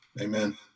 Amen